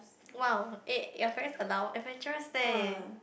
!wow! eh your parent allow adventurous leh